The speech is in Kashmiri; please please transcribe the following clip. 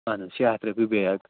اَہَن حظ شےٚ ہَتھ رۄپیہِ بیگ